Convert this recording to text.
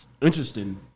Interesting